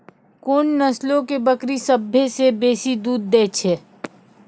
कोन नस्लो के बकरी सभ्भे से बेसी दूध दै छै?